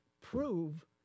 prove